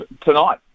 tonight